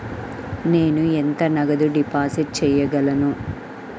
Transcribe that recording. నేను ఎంత నగదు డిపాజిట్ చేయగలను?